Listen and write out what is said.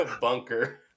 bunker